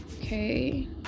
okay